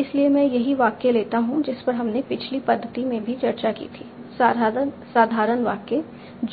इसलिए मैं वही वाक्य लेता हूं जिस पर हमने पिछली पद्धति में भी चर्चा की थी साधारण वाक्य